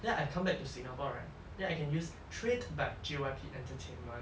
then I come back to singapore right then I can use trained by J_Y_P entertainment